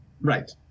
Right